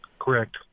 Correct